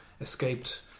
escaped